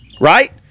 Right